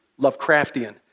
Lovecraftian